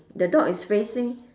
the dog is facing